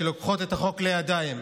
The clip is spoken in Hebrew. שלוקחות את החוק לידיים.